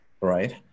right